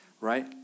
right